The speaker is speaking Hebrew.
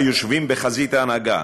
היושבים בחזית ההנהגה.